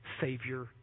Savior